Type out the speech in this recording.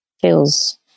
feels